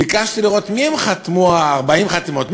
ביקשתי לראות מי חתמו, 40 חתימות.